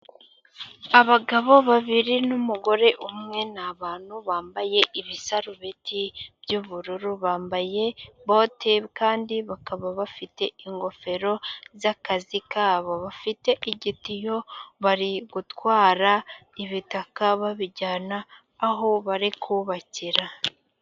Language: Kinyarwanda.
Abagabo babiri n'umugore umwe, ni abantu bambaye ibisarubeti by'ubururu bambaye bote, kandi bakaba bafite ingofero z'akazi kabo, bafite igitiyo bari gutwara ibitaka babijyana aho bari kubakira.